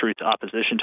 opposition